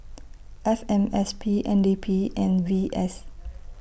F M S P N D P and V S